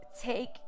take